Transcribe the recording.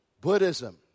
Buddhism